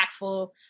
impactful